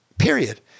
period